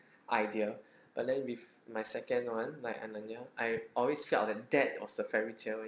idea but then with my second [one] like ananias I always felt that that was a fairy tale